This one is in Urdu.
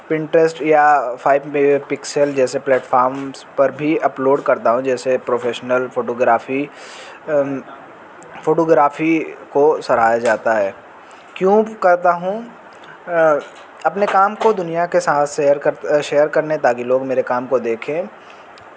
پنٹرسٹ یا فائیو میگا پکسل جیسے پلیٹفارمس پر بھی اپلوڈ کرتا ہوں جیسے پروفیشنل فوٹوگرافی فوٹوگرافی کو سراہا جاتا ہے کیوں کرتا ہوں اپنے کام کو دنیا کے ساتھ سیئر کر شیئر کرنے تاکہ لوگ میرے کام کو دیکھیں